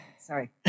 Sorry